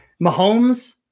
Mahomes